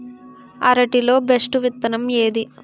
అరటి లో బెస్టు విత్తనం ఏది?